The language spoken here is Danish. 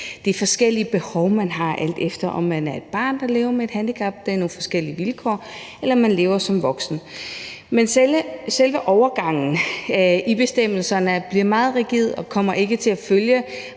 det er forskellige behov, man har, alt efter om man er et barn, der lever med et handicap – det er nogle forskellige vilkår – eller om man lever som voksen. Men selve overgangen i bestemmelserne bliver meget rigid og kommer reelt set ikke til at følge